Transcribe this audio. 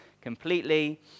completely